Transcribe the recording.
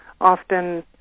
often